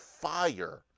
fire